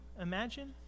imagine